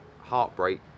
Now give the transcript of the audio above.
heartbreak